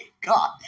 God